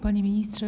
Panie Ministrze!